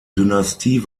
dynastie